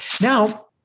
now